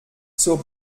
zur